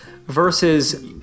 versus